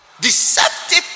Deceptive